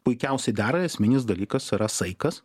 puikiausiai dera esminis dalykas yra saikas